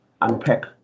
unpack